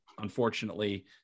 unfortunately